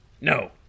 No